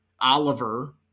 Oliver